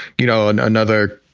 you know, and another,